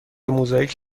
موزاییک